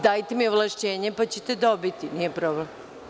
Dajte mi ovlašćenje, pa ćete dobiti, nije problem.